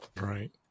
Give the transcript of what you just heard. Right